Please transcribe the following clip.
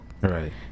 Right